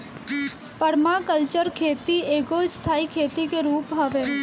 permaculture खेती एगो स्थाई खेती के रूप हवे